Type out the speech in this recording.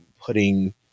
putting